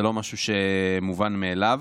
זה לא משהו מובן מאליו.